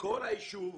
כל היישוב,